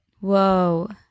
whoa